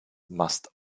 must